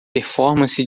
performance